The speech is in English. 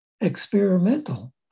experimental